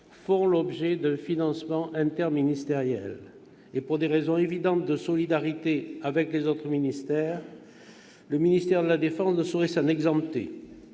font l'objet d'un financement interministériel. Et pour des raisons évidentes de solidarité avec les autres ministères, le ministère de la défense ne saurait s'en exempter.